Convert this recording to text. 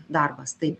darbas taip